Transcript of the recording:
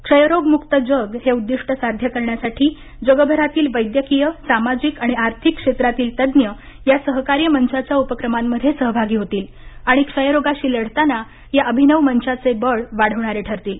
क्षयरोगमुक्त जग हे उद्दिष्ट साध्य करण्यासाठी जगभरातील वैद्यकीयसामाजिक आणि आर्थिक क्षेत्रातील तज्ञ या सहकार्य मंचाच्या उपक्रमांमध्ये सहभागी होतील आणि क्षयरोगाशी लढताना या अभिनव मंचाचे बळ वाढवणारे ठरतील